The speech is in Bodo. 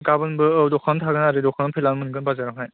गाबोनबो औ दखानावनो थागोन आरो दखानावनो फैब्ला मोनगोन बाजारावहाय